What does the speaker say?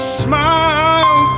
smile